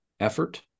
effort